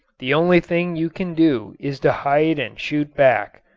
the only thing you can do is to hide and shoot back.